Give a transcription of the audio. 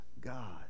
God